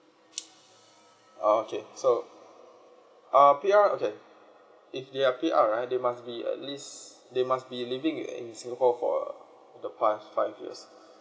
oh okay so err P_R okay if they are P_R right they must be at least they must be living in singapore for the past five years